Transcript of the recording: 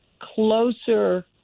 closer